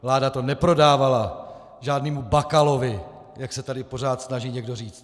Vláda to neprodávala žádnému Bakalovi, jak se tady pořád snaží někdo říct.